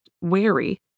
wary